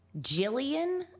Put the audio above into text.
Jillian